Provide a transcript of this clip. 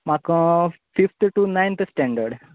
म्हाका fifth to ninth स्टँडड